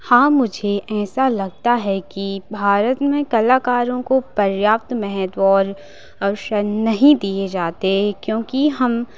हाँ मुझे ऐसा लगता है कि भारत में कलाकारों को पर्याप्त महत्त्व और अवसर नहीं दिए जाते क्योंकि हम